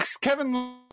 Kevin